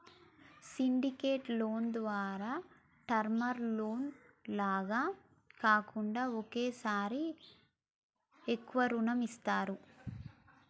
syndicated loan ద్వారా term loan లాగా కాకుండా ఒకేసారి ఎక్కువ రుణం ఇస్తారు